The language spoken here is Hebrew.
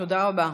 תודה רבה.